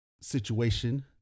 situation